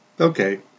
Okay